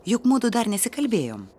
juk mudu dar nesikalbėjom